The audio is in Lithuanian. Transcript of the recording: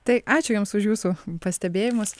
tai ačiū jums už jūsų pastebėjimus